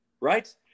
right